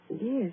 Yes